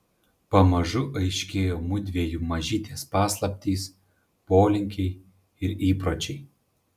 pamažu aiškėjo mudviejų mažytės paslaptys polinkiai ir įpročiai